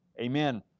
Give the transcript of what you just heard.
Amen